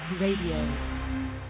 Radio